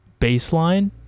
baseline